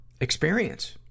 experience